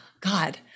God